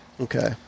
Okay